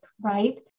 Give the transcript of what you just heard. right